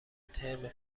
ترم